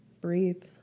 breathe